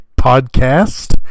Podcast